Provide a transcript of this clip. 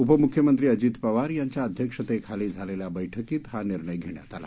उपमुख्यमधीी अजित पवार याच्चा अध्यक्षतेखाली झालेल्या बैठकीत हा निर्णय घेण्यात आला